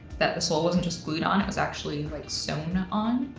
that the sole wasn't just glued on, it was actually like sewn ah on.